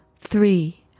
three